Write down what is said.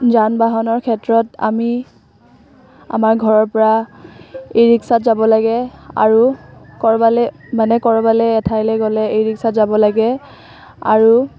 যান বানহৰ ক্ষেত্ৰত আমি আমাৰ ঘৰৰ পৰা ই ৰিক্সাত যাব লাগে আৰু ক'ৰবালে মানে ক'ৰবালে এঠাইলে গ'লে ই ৰিক্সাত যাব লাগে আৰু